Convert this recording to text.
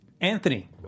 Anthony